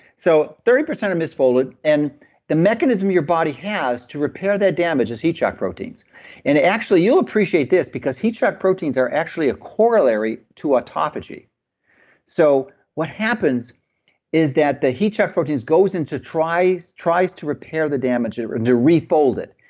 so thirty percent are misfolded and the mechanism your body has to repair that damage is heat shock proteins and actually you'll appreciate this, because heat shock proteins are actually a corollary to autophagy so what happens is that the heat shock proteins goes into, tries tries to repair the damage and to refold it.